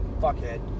fuckhead